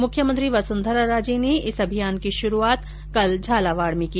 मुख्यमंत्री वसुंधरा राजे ने इस अभियान की शुरूआत कल झालावाड में की